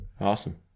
awesome